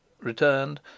returned